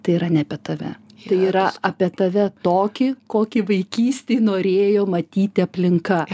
tai yra ne apie tave tai yra apie tave tokį kokį vaikystėj norėjo matyti aplinka